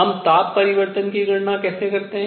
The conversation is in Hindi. हम ताप परिवर्तन की गणना कैसे करते हैं